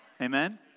Amen